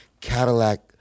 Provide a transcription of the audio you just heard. Cadillac